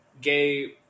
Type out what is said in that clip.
gay